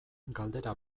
galdera